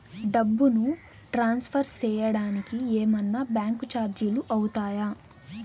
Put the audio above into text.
డబ్బును ట్రాన్స్ఫర్ సేయడానికి ఏమన్నా బ్యాంకు చార్జీలు అవుతాయా?